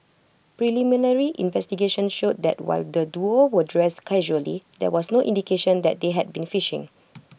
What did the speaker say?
preliminary investigations showed that while the duo were dressed casually there was no indication that they had been fishing